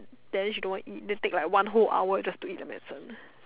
then she don't want to eat then take like one whole hour just to eat the medicine